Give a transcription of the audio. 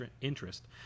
interest